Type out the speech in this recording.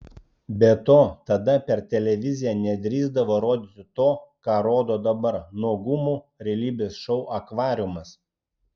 be to tada per televiziją nedrįsdavo rodyti to ką rodo dabar nuogumų realybės šou akvariumas